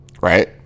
Right